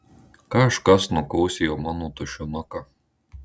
kažkas nukosėjo mano tušinuką